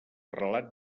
relat